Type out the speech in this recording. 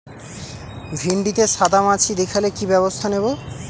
ভিন্ডিতে সাদা মাছি দেখালে কি ব্যবস্থা নেবো?